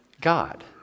God